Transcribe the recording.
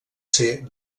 ser